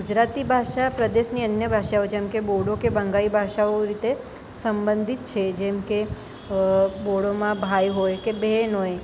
ગુજરાતી ભાષા પ્રદેશની અન્ય ભાષાઓ જેમ કે બોડો કે બંગાળી ભાષાઓ એ રીતે સંબંધિત છે જેમ કે બોડોમાં ભાઈ હોય કે બહેન હોય તો